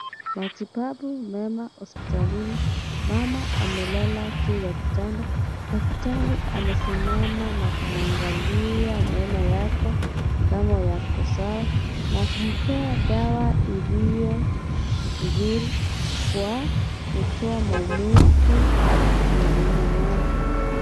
Matibabu mema hospitalini mama amelala juu ya kitanda daktari amesimama na kumuangalia meno yake kama yako sawa na kumpea dawa iliyo nzuri kwa kutoa maumivu mwilini mwake.